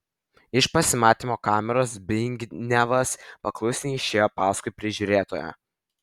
iš pasimatymo kameros zbignevas paklusniai išėjo paskui prižiūrėtoją